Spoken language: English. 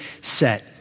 set